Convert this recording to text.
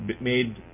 made